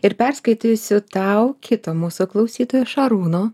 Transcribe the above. ir perskaitysiu tau kito mūsų klausytojo šarūno